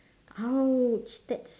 !ouch! that's